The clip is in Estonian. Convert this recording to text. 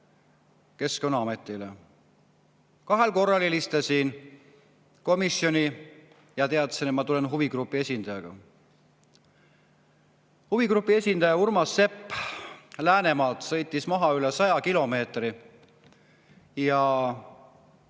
Keskkonnaametile. Kaks korda helistasin komisjoni ja teatasin, et ma tulen koos huvigrupi esindajaga. Huvigrupi esindaja Urmas Sepp Läänemaalt sõitis maha üle 100